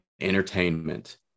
entertainment